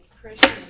Christian